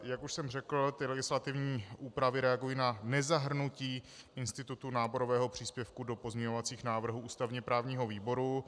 Jak už jsem řekl, ty legislativní úpravy reagují na nezahrnutí institutu náborového příspěvku do pozměňovacích návrhů ústavněprávního výboru.